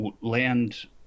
land